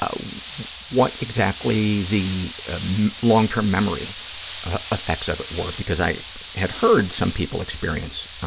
ah what exactly the long-term memory effects of it were, because i had heard some people experience